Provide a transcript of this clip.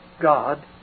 God